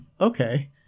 okay